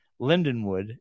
Lindenwood